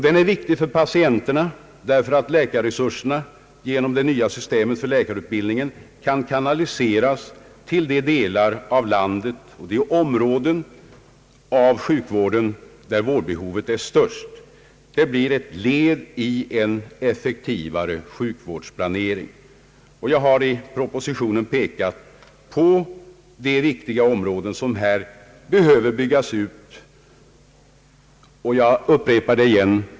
Den är viktig för patienterna därför att läkarresurserna tack vare det nya systemet för läkarutbildningen kan kanaliseras till de delar av landet och de områden inom sjukvården där vårdbehovet är störst. Detta är ett led i en effektivare sjukvårdsplanering. Jag har i propositionen pekat på de viktiga områden som behöver byggas ut, och jag upprepar dem.